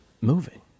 moving